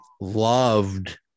loved